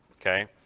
okay